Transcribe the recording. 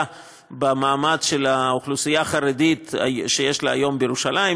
במעמד של האוכלוסייה החרדית שיש היום בירושלים,